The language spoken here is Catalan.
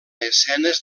escenes